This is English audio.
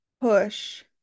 push